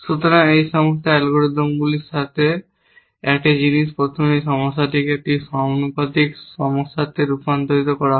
সুতরাং এই সমস্ত অ্যালগরিদমগুলির সাথে একটি জিনিস প্রথমে এই সমস্যাটিকে একটি সমানুপাতিক সমস্যাতে রূপান্তর করা হয়